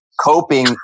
coping